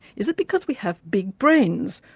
is it because we have big brains,